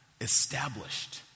established